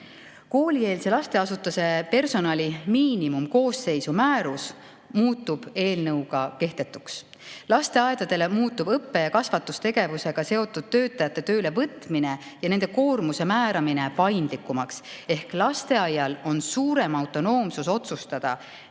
Koolieelse lasteasutuse personali miinimumkoosseisu määrus muutub eelnõuga kehtetuks. Lasteaedadele muutub õppe- ja kasvatustegevusega seotud töötajate töölevõtmine ja nende koormuse määramine paindlikumaks. Lasteaial on suurem autonoomsus otsustada,